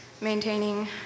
maintaining